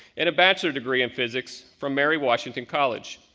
and a bachelor degree in physics from mary washington college.